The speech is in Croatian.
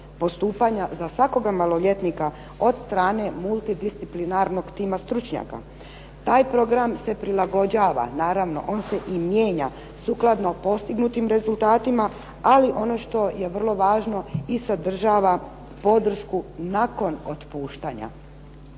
zastupljanja za svakog maloljetnika od strane multidisciplinarnog tima stručnjaka. Taj program se prilagođava, naravno on se i mijenja sukladno postignutim rezultatima, ali ono što je vrlo važno i sadržava podršku nakon otpuštanja.